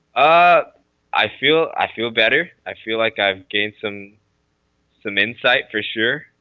ah i feel i feel better. i feel like i've gained some some insight for sure